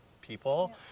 people